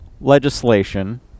legislation